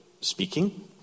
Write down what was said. speaking